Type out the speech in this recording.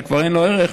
שכבר אין לו ערך,